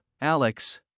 Alex